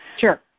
Sure